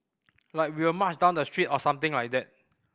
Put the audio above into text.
like we will march down the street or something like that